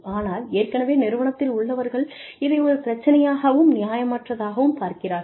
ஆனால் ஏற்கனவே நிறுவனத்தில் உள்ளவர்கள் இதை ஒரு பிரச்சனையாகவும் நியாயமற்றதாகவும் பார்க்கிறார்கள்